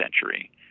century